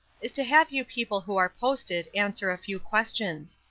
is to have you people who are posted answer a few questions.